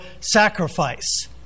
sacrifice